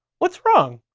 what's wrong?